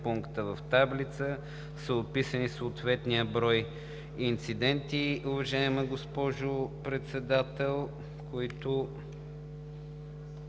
пункта в таблица е описан съответният брой инциденти.“ Уважаема госпожо Председател, няма